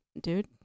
dude